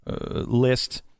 list